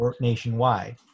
nationwide